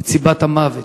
את סיבת המוות,